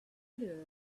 order